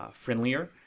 friendlier